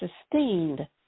sustained